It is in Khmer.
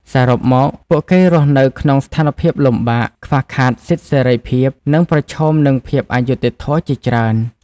សរុបមក ពួកគេរស់នៅក្នុងស្ថានភាពលំបាក ខ្វះខាតសិទ្ធិសេរីភាព និងប្រឈមនឹងភាពអយុត្តិធម៌ជាច្រើន។